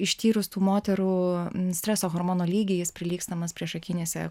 ištyrus tų moterų streso hormono lygį jis prilygstamas priešakinėse